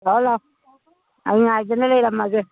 ꯂꯥꯛꯑꯣ ꯂꯥꯛꯑꯣ ꯑꯩ ꯉꯥꯏꯗꯨꯅ ꯂꯩꯔꯝꯃꯒꯦ